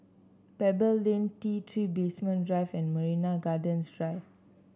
Pebble Lane T Three Basement Drive and Marina Gardens Drive